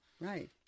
Right